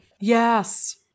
Yes